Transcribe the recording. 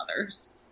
others